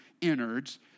innards